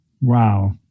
Wow